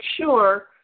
sure